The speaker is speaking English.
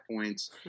points